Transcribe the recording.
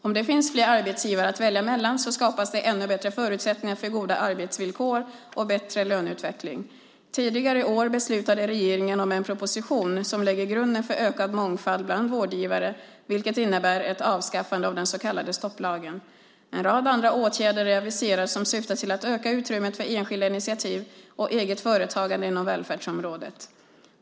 Om det finns fler arbetsgivare att välja mellan skapas det ännu bättre förutsättningar för goda arbetsvillkor och bättre löneutveckling. Tidigare i år beslutade regeringen om en proposition som lägger grunden för ökad mångfald bland vårdgivare, vilket innebär ett avskaffande av den så kallade stopplagen. En rad andra åtgärder är aviserade som syftar till att öka utrymmet för enskilda initiativ och eget företagande inom välfärdsområdet.